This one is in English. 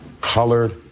colored